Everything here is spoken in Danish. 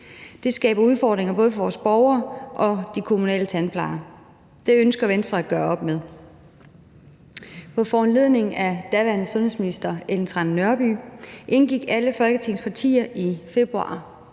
Det skaber udfordringer for både vores borgere og de kommunale tandplejere. Det ønsker Venstre at gøre op med. På foranledning af daværende sundhedsminister Ellen Trane Nørby indgik alle Folketingets partier i februar